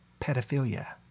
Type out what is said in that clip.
pedophilia